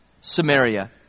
Samaria